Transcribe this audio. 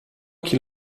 qu’il